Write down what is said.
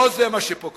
לא זה מה שפה כתוב.